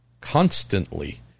constantly